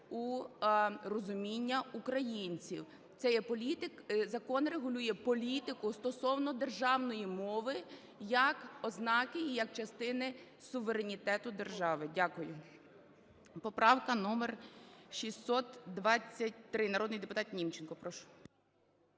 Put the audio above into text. у розуміння українців. Це є політика… Закон регулює політику стосовно державної мови як ознаки і як частини суверенітету держави. Дякую.